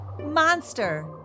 monster